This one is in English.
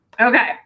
Okay